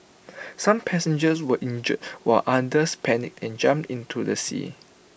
some passengers were injured while others panicked and jumped into the sea